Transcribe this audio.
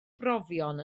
brofion